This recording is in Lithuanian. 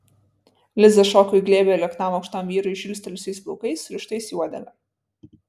liza šoko į glėbį lieknam aukštam vyrui žilstelėjusiais plaukais surištais į uodegą